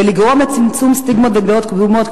ולגרום לצמצום סטיגמות ודעות קדומות,